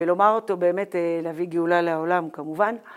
‫ולומר אותו באמת להביא גאולה ‫לעולם, כמובן.